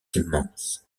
immense